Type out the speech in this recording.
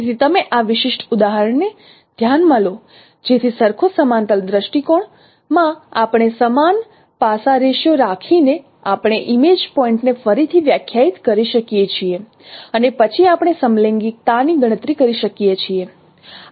તેથી તમે આ વિશિષ્ટ ઉદાહરણ ને ધ્યાન માં લો જેથી સરખું સમાંતર દૃષ્ટિકોણમાં આપણે સમાન પાસા રેશિયો રાખીને આપણે ઇમેજ પોઇન્ટ ને ફરીથી વ્યાખ્યાયિત કરી શકીએ છીએ અને પછી આપણે સમલૈંગિકતાની ગણતરી કરી શકીએ છીએ